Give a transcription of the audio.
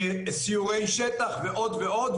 סיורי שטח ועוד ועוד,